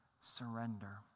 surrender